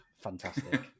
fantastic